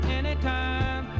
anytime